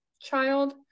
child